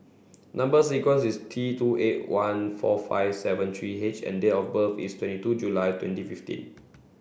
number sequence is T two eight one four five seven three H and date of birth is twenty two July twenty fifteen